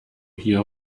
hier